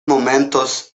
momentos